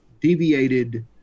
deviated